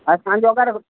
असांजो अगरि